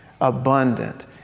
abundant